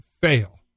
fail